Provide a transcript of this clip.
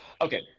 Okay